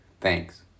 Thanks